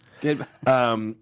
Goodbye